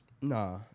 Nah